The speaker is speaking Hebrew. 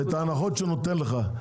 ואת ההנחות שהוא נותן לך,